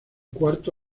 cuarto